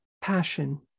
passion